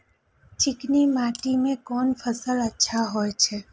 चिकनी माटी में कोन फसल अच्छा होय छे?